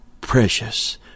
precious